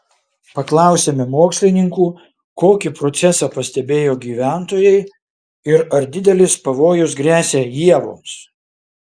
paklausėme mokslininkų kokį procesą pastebėjo gyventojai ir ar didelis pavojus gresia ievoms